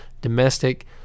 Domestic